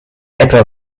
etwa